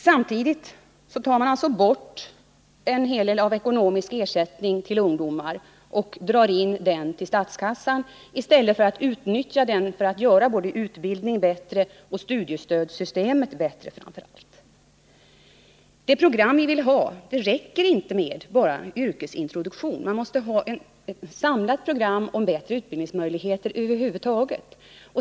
Samtidigt tar man bort en hel del ekonomisk ersättning till ungdomar och drar in den till statskassan i stället för att utnyttja den för att göra både utbildningen och framför allt studiestödssystemet bättre. I det program vi vill ha räcker det inte med bara en yrkesintroduktion. Man måste ha ett samlat program och bättre utbildningsmöjligheter över huvud taget.